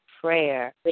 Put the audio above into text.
prayer